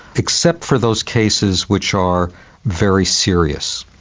except for those cases which are very serious.